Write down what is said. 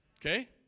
Okay